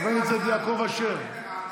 חבר הכנסת יעקב אשר,